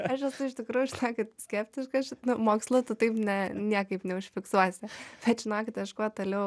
aš esu iš tikrųjų žinokit skeptiška šito mokslo tu taip ne niekaip neužfiksuosi bet žinokit aš kuo toliau